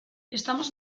estamos